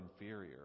inferior